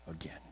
again